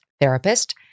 therapist